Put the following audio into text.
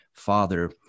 father